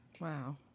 Wow